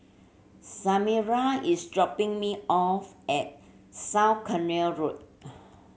Samira is dropping me off at South Canal Road